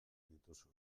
dituzu